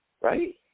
right